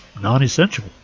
non-essential